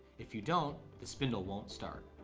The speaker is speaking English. if you don't the spindle won't start.